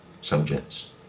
subjects